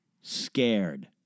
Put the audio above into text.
scared